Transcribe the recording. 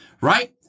right